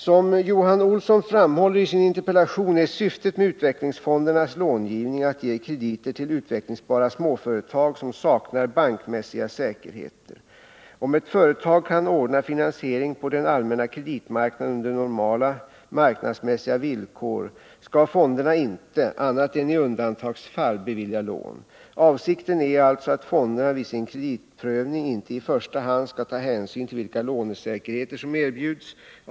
Som Johan Olsson framhåller i sin interpellation är syftet med utvecklingsfondernas långivning att ge krediter till utvecklingsbara småföretag som saknar bankmässiga säkerheter. Om ett företag kan ordna finansiering på den allmänna kreditmarknaden under normala marknadsmässiga villkor, skall fonderna inte — annat än i undantagsfall — bevilja lån. Avsikten är alltså, att fonderna vid sin kreditprövning inte i första hand skall ta hänsyn till vilka lånesäkerheter som erbjuds.